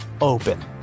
open